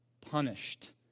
punished